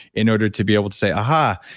in order to be able to say, aha,